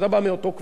אתה בא מאותו כביש,